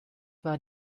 war